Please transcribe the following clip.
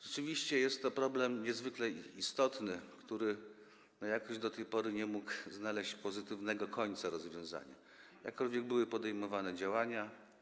Rzeczywiście jest to problem niezwykle istotny, który jakoś do tej pory nie mógł znaleźć pozytywnego końca, rozwiązania, jakkolwiek były podejmowane działania.